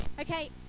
Okay